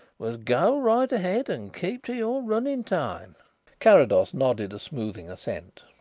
was go right ahead and keep to your running time carrados nodded a soothing assent.